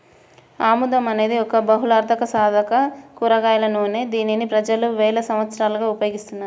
ఆముదం అనేది ఒక బహుళార్ధసాధక కూరగాయల నూనె, దీనిని ప్రజలు వేల సంవత్సరాలుగా ఉపయోగిస్తున్నారు